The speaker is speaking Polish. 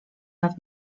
nad